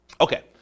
Okay